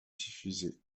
diffusée